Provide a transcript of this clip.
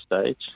stage